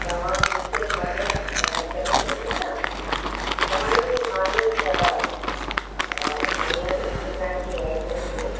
तव्हां मूंखे मदद करे छॾींदा तव्हांजी मालिक आई आ्हे न मैक रिएलटस जी